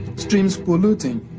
streams polluting,